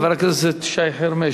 חבר הכנסת שי חרמש,